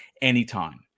anytime